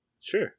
Sure